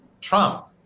Trump